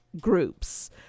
groups